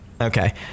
Okay